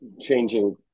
changing